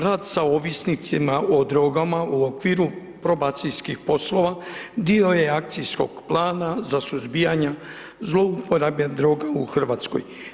Rad sa ovisnicima o drogama u okviru probacijskih poslova, dio je akcijskog plana za suzbijanje zlouporabe droga u Hrvatskoj.